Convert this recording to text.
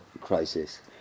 crisis